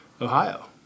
Ohio